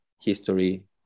history